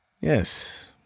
Yes